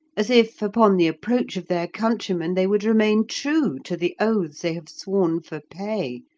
as if upon the approach of their countrymen they would remain true to the oaths they have sworn for pay,